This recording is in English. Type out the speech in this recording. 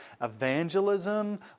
evangelism